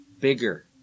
Bigger